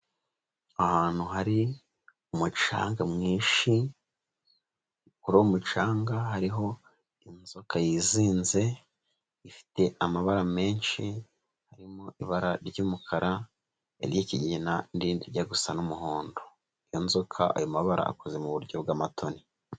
Ahantu hari umucanga mwinshi kuri uwo mucanga hariho inzoka yizinze, ifite amabara menshi, harimo ibara ry'umukara iry'ikigina n'irindi rijya gusa n'umuhondo. Iyo nzoka ayo mabara akoze mu buryo bw'amatoni.